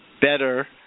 better